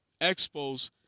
expos